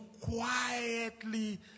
quietly